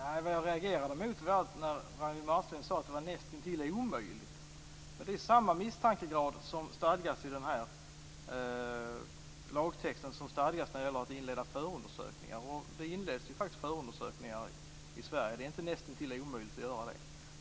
Fru talman! Jag reagerade när Ragnwi Marcelind sade att detta var näst intill omöjligt. I lagtexten stadgas samma misstankegrad som den som stadgas för inledande av förundersökningar. Det inleds faktiskt förundersökningar i Sverige - det är inte näst intill omöjligt att göra det.